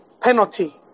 penalty